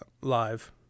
live